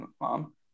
mom